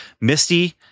misty